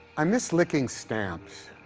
i miss licking stamps.